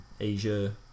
Asia